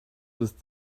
with